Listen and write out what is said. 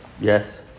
Yes